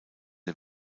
der